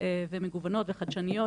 ומגוונות וחדשניות,